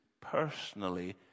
personally